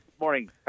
morning